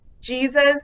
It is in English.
Jesus